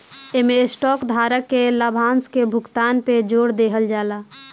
इमें स्टॉक धारक के लाभांश के भुगतान पे जोर देहल जाला